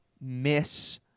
miss